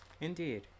Indeed